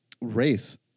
race